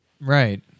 Right